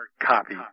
copy